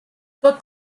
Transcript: tot